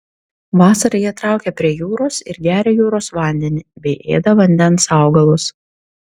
vasarą jie traukia prie jūros ir geria jūros vandenį bei ėda vandens augalus